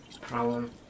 problem